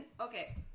Okay